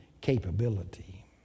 capability